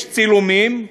יש צילומים,